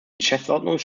geschäftsordnung